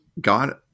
God